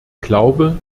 glaube